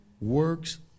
works